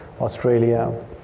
Australia